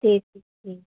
جی جی جی